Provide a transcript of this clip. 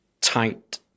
tight